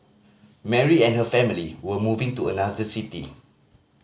Mary and her family were moving to another city